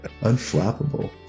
Unflappable